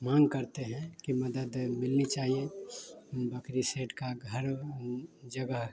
माँग करते हैं कि मदद मिलनी चाहिए बकरी सेड का घर जगह